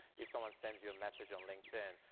if someone sends you a message on linkedin,